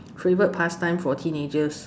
favorite past time for teenagers